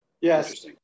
yes